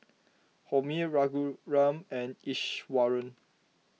Homi Raghuram and Iswaran